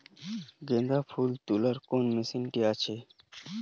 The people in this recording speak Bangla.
গাঁদাফুল তোলার কোন মেশিন কি আছে?